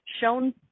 shown